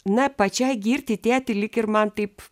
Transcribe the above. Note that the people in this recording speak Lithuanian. na pačiai girti tėtį lyg ir man taip